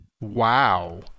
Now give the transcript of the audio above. Wow